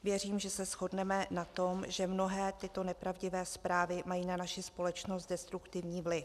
Věřím, že se shodneme na tom, že mnohé tyto nepravdivé zprávy mají na naši společnost destruktivní vliv.